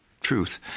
truth